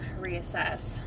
reassess